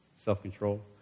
self-control